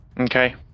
Okay